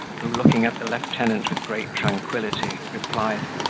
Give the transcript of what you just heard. who, looking at the lieutenant with great tranquility, replied,